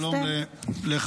שלום ליושבת-ראש,